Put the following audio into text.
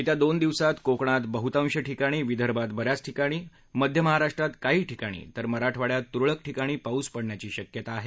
येत्या दोन दिवसात कोकणात बहुतांश ठिकाणी विदर्भात बऱ्याच ठिकाणी मध्य महाराष्ट्रात काही ठिकाणी तर मराठवाड्यात तुरळक ठिकाणी पाऊस पडण्याची शक्यता आहे